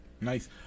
Nice